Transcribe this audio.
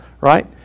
right